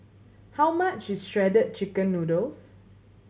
how much is Shredded Chicken Noodles